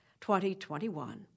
2021